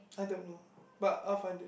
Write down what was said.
I don't know but I'll find it